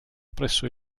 presso